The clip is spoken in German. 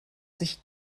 sich